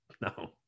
No